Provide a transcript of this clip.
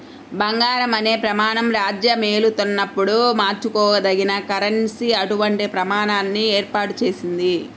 బంగారం అనే ప్రమాణం రాజ్యమేలుతున్నప్పుడు మార్చుకోదగిన కరెన్సీ అటువంటి ప్రమాణాన్ని ఏర్పాటు చేసింది